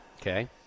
Okay